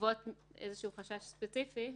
בעקבות חשש ספציפי,